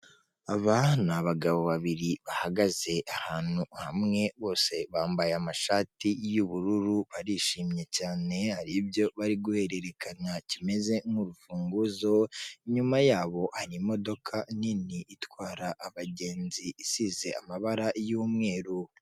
Aba ni abagabo babiri bahagaze ahantu hamwe, bose bambaye amashati y'ubururu barishimye cyane, hari ibyo bari guhererekanya kimeze n'urufunguzo, inyuma yabo hari imodoka nini itwara abagenzi isize amabara y'umweru.